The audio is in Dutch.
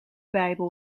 bijbel